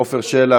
עפר שלח,